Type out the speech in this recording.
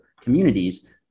communities